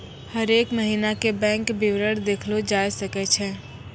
हरेक महिना के बैंक विबरण देखलो जाय सकै छै